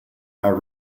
are